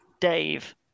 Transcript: Dave